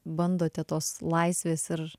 bandote tos laisvės ir